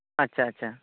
ᱟᱪᱪᱷᱟ ᱟᱪᱪᱷᱟ